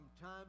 time